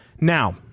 Now